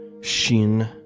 Shin